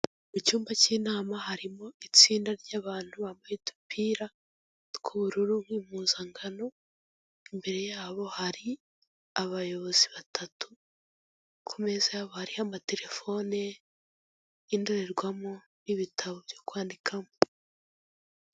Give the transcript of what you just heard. Icyumba cy'inama harimo itsinda ry'abantu bambaye udupira tw'ubururu nk' impuzankano, imbere yabo hari abayobozi batatu. Ku meza yabo hariho amaterefone, indorerwamo n'ibitabo byo kwandikamo.